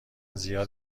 زیاد